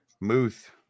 Muth